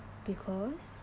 because